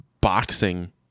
boxing